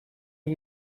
are